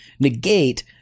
negate